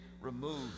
Removed